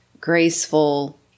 graceful